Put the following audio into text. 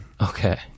Okay